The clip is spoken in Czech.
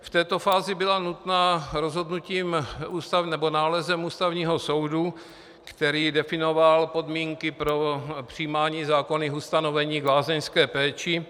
V této fázi byla nutná rozhodnutím nebo nálezem Ústavního soudu, který definoval podmínky pro přijímání zákonných ustanovení v lázeňské péči.